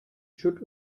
schutt